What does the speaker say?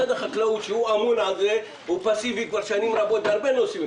משרד החקלאות שאמון על זה הוא פסיבי כבר שנים רבות בהרבה נושאים.